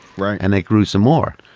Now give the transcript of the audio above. right. and a gruesome war.